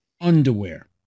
underwear